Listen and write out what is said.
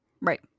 Right